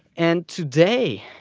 and today,